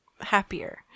happier